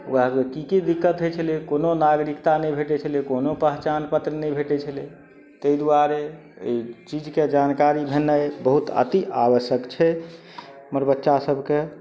ओकरा सबके की की दिक्कत होइ छलै कोनो नागरिकता नहि भेटय छलै कोनो पहचान पत्र नहि भेटय छलै तै दुआरे अइ चीजके जानकारी भेनाइ बहुत अति आवश्यक छै हमर बच्चा सबके